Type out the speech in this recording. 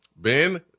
Ben